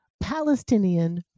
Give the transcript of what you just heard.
Palestinian